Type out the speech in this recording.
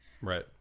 right